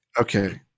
Okay